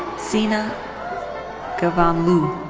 sina ghavanlu.